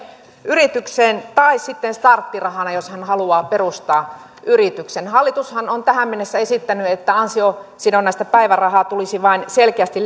yritykseen tai sitten starttirahana jos hän haluaa perustaa yrityksen hallitushan on tähän mennessä esittänyt että ansiosidonnaista päivärahaa tulisi vain selkeästi